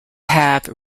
have